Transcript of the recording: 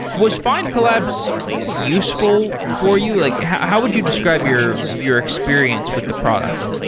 was findcollabs useful for you? like how how would you describe your your experience with the product?